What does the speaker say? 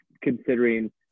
considering